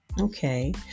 okay